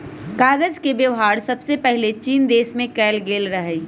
कागज के वेबहार सबसे पहिले चीन देश में कएल गेल रहइ